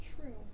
True